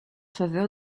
faveur